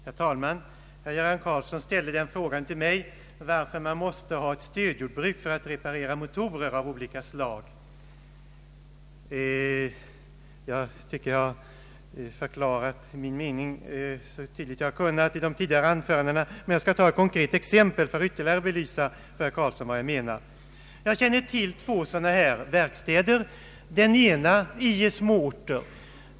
Herr talman! Herr Göran Karlsson ställde den frågan till mig varför man måste ha ett stödjordbruk för att reparera motorer av olika slag. Jag har förklarat min mening så tydligt jag kunnat i de tidigare anförandena, men jag skall ta ett konkret exempel för att ytterligare belysa för herr Karlsson vad jag menar. Jag känner till två sådana här verkstäder i små orter.